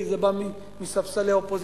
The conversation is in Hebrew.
כי זה בא מספסלי האופוזיציה.